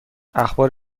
اخبار